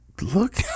Look